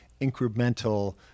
incremental